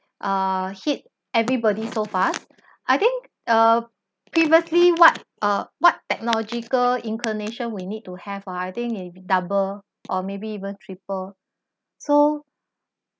uh hit everybody so fast I think uh previously what uh what technological inclination we need to have ah I think its double or maybe even triple so